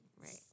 Right